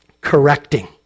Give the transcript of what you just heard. Correcting